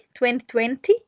2020